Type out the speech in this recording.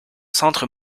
centre